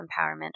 empowerment